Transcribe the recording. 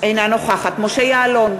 אינה נוכחת משה יעלון,